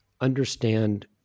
understand